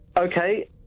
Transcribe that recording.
Okay